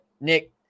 Nick